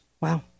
Wow